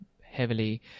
heavily